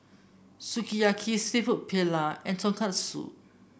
Sukiyaki seafood Paella and Tonkatsu